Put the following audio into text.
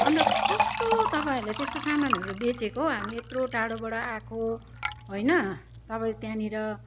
अन्त कस्तो तपाईँहरूले त्यस्तो सामानहरू बेचेको हामी यत्रो टाढोबाट आएको होइन तपाईँले त्यहाँनेर